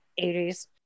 80s